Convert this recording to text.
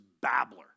babbler